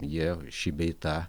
jie šį bei tą